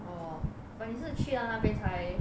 orh but 你是去到那边才